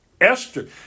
Esther